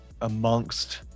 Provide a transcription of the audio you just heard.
amongst